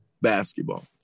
basketball